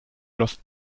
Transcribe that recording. los